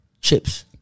chips